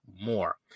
more